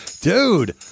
dude